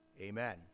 amen